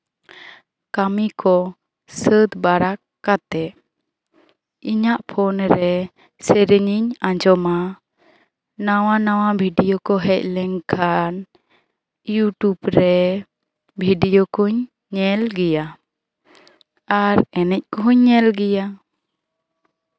ᱠᱟᱹᱢᱤ ᱠᱚ ᱥᱟᱹᱛ ᱵᱟᱲᱟ ᱠᱟᱛᱮᱜ ᱤᱧᱟᱹᱜ ᱯᱷᱳᱱᱨᱮ ᱥᱮᱨᱮᱧ ᱤᱧ ᱟᱸᱡᱚᱢᱟ ᱱᱟᱣᱟ ᱱᱟᱣᱟ ᱵᱷᱤᱰᱭᱳ ᱠᱚ ᱦᱮᱡ ᱞᱮᱱᱠᱷᱟᱱ ᱤᱭᱩᱴᱩᱵ ᱨᱮ ᱵᱷᱤᱰᱭᱳ ᱠᱚᱧ ᱧᱮᱞ ᱜᱮᱭᱟ ᱟᱨ ᱮᱱᱮᱡ ᱠᱚᱦᱚᱧ ᱧᱮᱞ ᱜᱮᱭᱟ